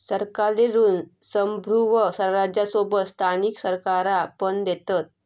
सरकारी ऋण संप्रुभ राज्यांसोबत स्थानिक सरकारा पण देतत